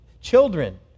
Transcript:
Children